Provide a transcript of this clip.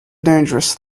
dangerous